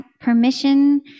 permission